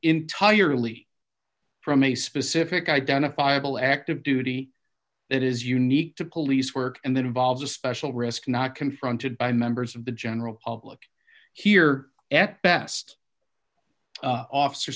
entirely from a specific identifiable active duty that is unique to police work and that involves a special risk not confronted by members of the general public here at best officer